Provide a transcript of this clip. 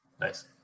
Nice